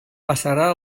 passarà